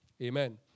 Amen